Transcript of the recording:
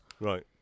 right